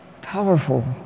powerful